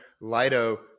lido